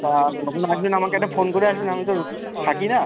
তা যখন আসবেন আমাকে একটা ফোন করে আসবেন আমি তো থাকি না